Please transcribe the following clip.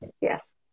yes